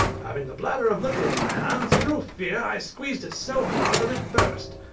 having the bladder of liquor in my hands, through fear i squeezed it so hard, that it burst,